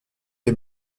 est